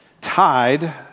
Tied